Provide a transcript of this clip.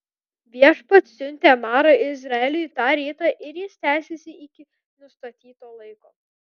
viešpats siuntė marą izraeliui tą rytą ir jis tęsėsi iki nustatyto laiko